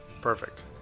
Perfect